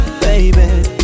baby